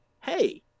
hey